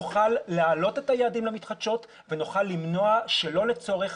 נוכל להעלות את היעדים למתחדשות ונוכל למנוע שלא לצורך